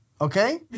okay